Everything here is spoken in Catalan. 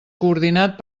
coordinat